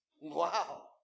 Wow